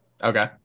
okay